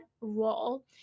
role